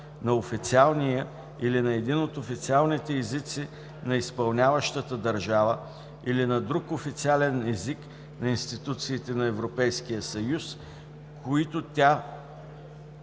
на официалния или на един от официалните езици на изпълняващата държава или на друг официален език на институциите на Европейския съюз, който тя